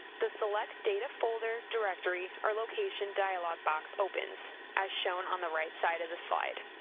the select data folder, directory or location' dialog box opens, as shown on the right side of the slide.